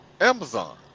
Amazon